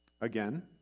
Again